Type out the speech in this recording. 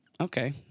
Okay